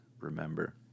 remember